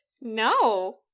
No